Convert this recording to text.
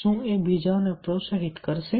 શું એ બીજાઓને પ્રોત્સાહિત કરશે